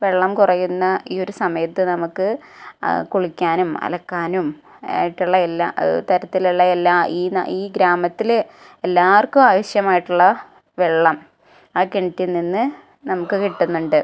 വെള്ളം കുറയുന്ന ഈ ഒരു സമയത്ത് നമുക്ക് കുളിക്കാനും അലക്കാനും ആയിട്ടുള്ള എല്ലാ തരത്തിലുള്ള എല്ലാ ഈ ഈ ഗ്രാമത്തിൽ എല്ലാവർക്കും ആവശ്യമായിട്ടുള്ള വെള്ളം ആ കിണറിൽ നിന്ന് നമുക്ക് കിട്ടുന്നുണ്ട്